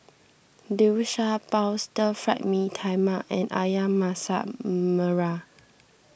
Liu Sha Bao Stir Fried Mee Tai Mak and Ayam Masak Merah